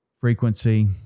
frequency